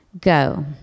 go